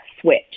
switch